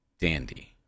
Dandy